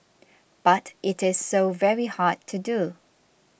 but it is so very hard to do